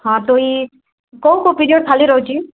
ହଁ ଦୁଇ କେଉଁ କେଉଁ ପିରିଅଡ଼ ଖାଲି ରହୁଛି